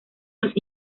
los